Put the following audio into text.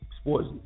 Sports